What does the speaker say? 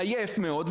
עייף מאוד,